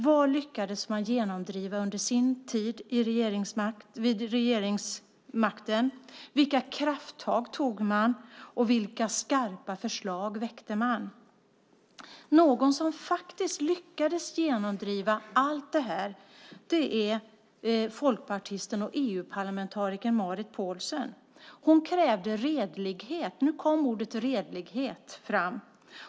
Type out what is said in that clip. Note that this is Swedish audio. Vad lyckades man genomdriva under sin tid vid regeringsmakten? Vilka krafttag tog man? Vilka skarpa förslag väckte man? Någon som faktiskt lyckades genomdriva allt detta är folkpartisten och EU-parlamentarikern Marit Paulsen. Hon krävde redlighet. Nu kom ordet redlighet fram.